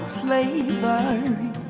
slavery